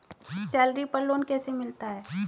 Salary पर loan कैसे मिलता है?